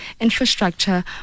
infrastructure